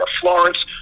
Florence